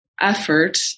effort